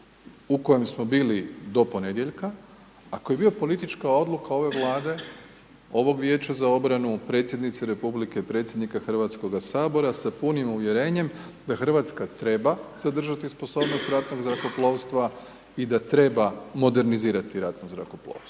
u kojem smo bili do ponedjeljka, a koji je bio politička odluka ove Vlade, ovog Vijeća za obranu, predsjednice republike, predsjednika Hrvatskoga sabora, sa punim uvjerenjem da Hrvatska treba zadržati sposobnost ratnog zrakoplovstva i da treba modernizirati ratno zrakoplovstvo.